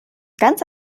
ganz